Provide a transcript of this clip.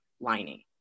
lining